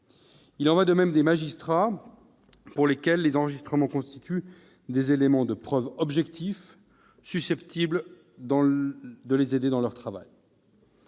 aussi aux magistrats, pour lesquels les enregistrements constituent des éléments de preuve objectifs, susceptibles de les aider dans leur travail.